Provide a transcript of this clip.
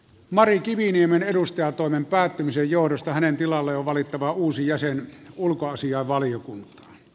mari kiviniemen edustajantoimen päättymisen johdosta hänen tilalleen on valittava uusi jäsen ulkoasiainvaliokuntaan